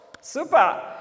super